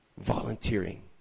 volunteering